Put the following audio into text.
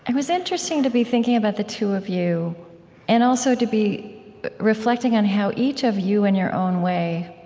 and was interesting to be thinking about the two of you and also to be reflecting on how each of you, in your own way,